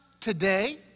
today